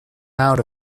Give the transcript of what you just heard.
out